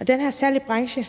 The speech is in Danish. udfordringer,